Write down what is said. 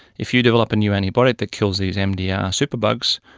if you develop a new antibiotic that kills these mdr superbugs,